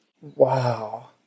Wow